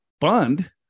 fund